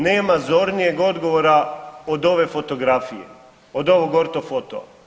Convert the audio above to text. Nema zornijeg odgovora od ove fotografije, od ovog ortofoto.